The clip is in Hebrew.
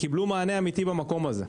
קיבלו מענה אמיתי במקום הזה.